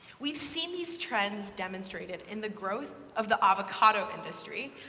we've seen these trends demonstrated in the growth of the avocado industry,